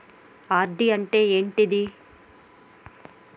RD అంటే ఏంటిది?